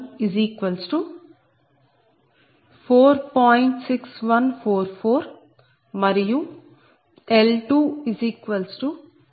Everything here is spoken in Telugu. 6144 మరియు L21